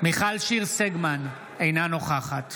מיכל שיר סגמן, אינה נוכחת